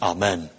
Amen